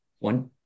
One